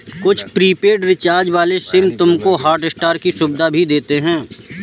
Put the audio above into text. कुछ prepaid recharge वाले SIM तुमको हॉटस्टार की सुविधा भी देते हैं